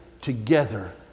together